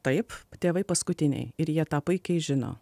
taip tėvai paskutiniai ir jie tą puikiai žino